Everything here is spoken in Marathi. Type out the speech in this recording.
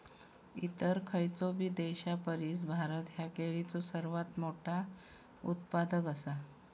इतर खयचोबी देशापरिस भारत ह्यो केळीचो सर्वात मोठा उत्पादक आसा